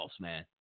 man